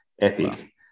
epic